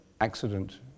accident